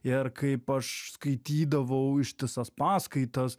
ir kaip aš skaitydavau ištisas paskaitas